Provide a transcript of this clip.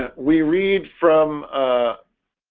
and we read from ah